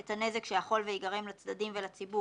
את הנזק שיכול וייגרם לצדדים ולציבור